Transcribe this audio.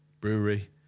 brewery